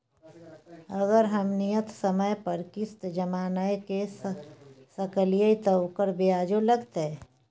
अगर हम नियत समय पर किस्त जमा नय के सकलिए त ओकर ब्याजो लगतै?